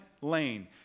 lane